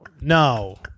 No